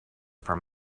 from